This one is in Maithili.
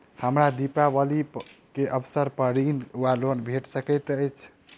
हमरा दिपावली केँ अवसर पर ऋण वा लोन भेट सकैत अछि?